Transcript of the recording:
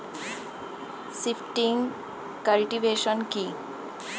Shifting cultivation কি?